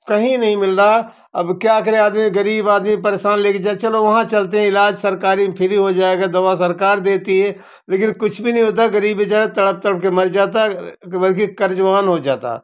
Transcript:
कही नहीं मिल रहा अब क्या करे गरीब आदमी परेशान लेके जाय चलो वहाँ चलते हैं इलाज सरकारी में फ्री हो जाएगा दवा सरकार देती हैं लेकिन कुछ भी नही होता है गरीब बेचारा तड़प तड़प मर जाता है बल्कि कर्जवान हो जाता है